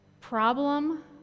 problem